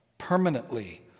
permanently